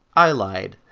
i lied.